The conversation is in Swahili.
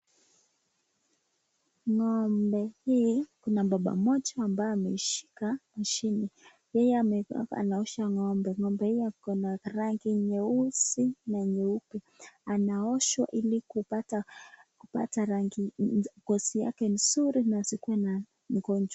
Ng'ombe hii kuna mbaba mmoja ambaye ameishika mashini, yeye anaosha ng'ombe. Ng'ombe hiyo iko na rangi nyeusi na nyeupe, anaoshwa ili kupata rangi ngozi ya nzuri na asikue na ugonjwa.